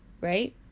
right